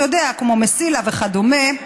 אתה יודע, כמו מסילה וכדומה,